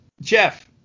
jeff